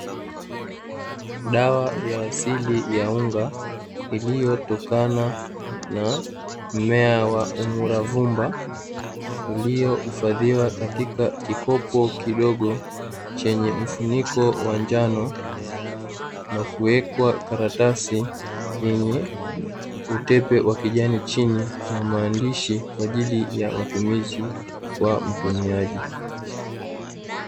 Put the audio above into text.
Dawa ya Asili ya unga iliyotokana na mmea wa umuravumba, iliyohifadhiwa katika kikopo kidogo chenye mfuniko wanjano na kuwekwa karatasi yenye utepe wa kijani chini na maandishi kwa ajili ya matumizi kwa mtumiaji.